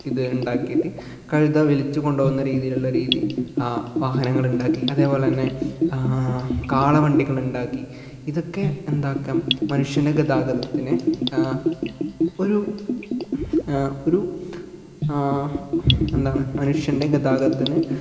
ഇത് ഉണ്ടാക്കിയിട്ട് കഴുത വലിച്ച് കൊണ്ട് പോകുന്ന രീതിയിലുള്ള രീതി വാഹനങ്ങളുണ്ടാക്കി അതേപോലെ തന്നെ കാളവണ്ടികൾ ഉണ്ടാക്കി ഇതൊക്കെ എന്താക്കാം മനുഷ്യൻ്റെ ഗതാഗതത്തിനെ ഒരു ഒരു എന്താണ് മനുഷ്യൻ്റെ ഗതാഗതത്തിന്